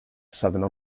southern